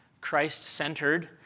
Christ-centered